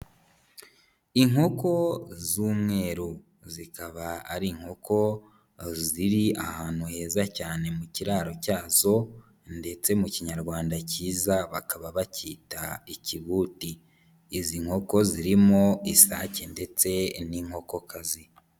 Inkoko z'umweru, zikaba ari inkoko ziri ahantu heza cyane mu kiraro cyazo ndetse mu kinyarwanda cyiza bakaba bacyita ikibuti. Izi nkoko zirimo isake ndetse n'inkokokazi.